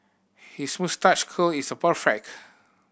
his moustache curl is perfect